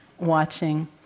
watching